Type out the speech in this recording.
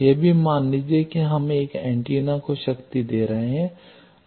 यह भी मान लीजिए कि हम एक एंटीना को शक्ति दे रहे हैं